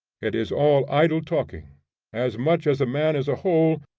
it is all idle talking as much as a man is a whole,